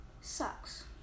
sucks